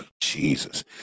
Jesus